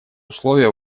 условия